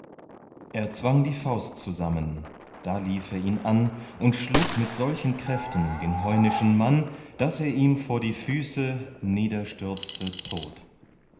er zwang die faust zusammen da lief er ihn an und schlug mit solchen kräften den heunischen mann daß er ihm vor die füße niederstürzte tot